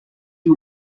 you